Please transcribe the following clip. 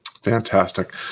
Fantastic